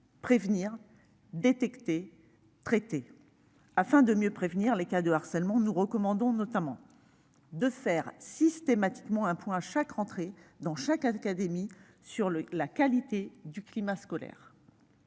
prévenir, détecter, traiter. Afin de mieux prévenir les cas de harcèlement, nous recommandons notamment de faire un point systématique, à chaque rentrée, dans chaque académie, sur la qualité du climat scolaire